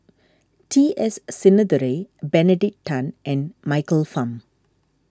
T S Sinnathuray Benedict Tan and Michael Fam